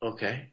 Okay